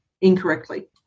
incorrectly